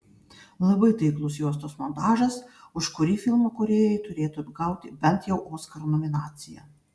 labai taiklus juostos montažas už kurį filmo kūrėjai turėtų gauti bent jau oskaro nominaciją